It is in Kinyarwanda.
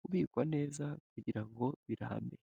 kubikwa neza kugira ngo birambe.